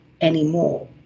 anymore